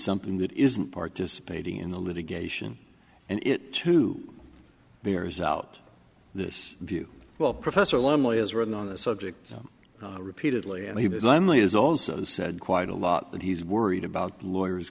something that isn't participating in the litigation and it too bears out this view well professor lumley has written on this subject repeatedly and he was lonely is also said quite a lot that he's worried about lawyers